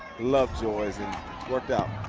lovejoy. it's worked out.